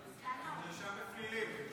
הוא מואשם בפלילים.